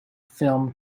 film